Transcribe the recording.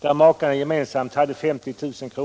där makarna gemensamt hade 50 000 kr.